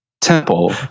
temple